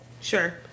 sure